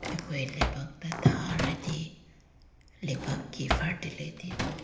ꯑꯩꯈꯣꯏ ꯂꯩꯕꯥꯛꯇ ꯊꯥꯔꯗꯤ ꯂꯩꯕꯥꯛꯀꯤ ꯐꯔꯇꯤꯂꯤꯇꯤꯗꯣ